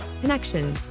connection